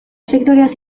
sektoreaz